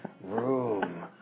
room